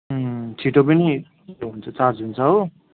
छिट्टो पनि हुन्छ चार्ज हुन्छ हो